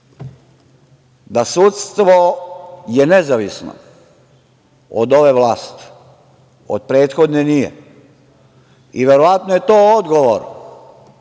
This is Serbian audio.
da sudstvo je nezavisno, od ove vlasti. Od prethodne nije. I verovatno je to odgovor